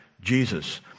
Jesus